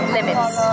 Limits